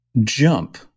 jump